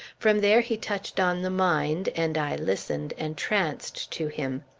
from there he touched on the mind, and i listened, entranced, to him.